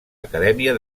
acadèmia